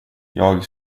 jag